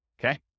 okay